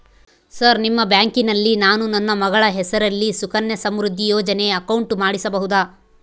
Sir ನಿಮ್ಮ ಬ್ಯಾಂಕಿನಲ್ಲಿ ನಾನು ನನ್ನ ಮಗಳ ಹೆಸರಲ್ಲಿ ಸುಕನ್ಯಾ ಸಮೃದ್ಧಿ ಯೋಜನೆ ಅಕೌಂಟ್ ಮಾಡಿಸಬಹುದಾ?